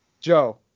Joe